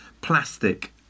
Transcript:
plastic